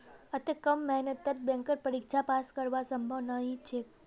अत्ते कम मेहनतत बैंकेर परीक्षा पास करना संभव नई छोक